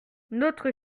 notre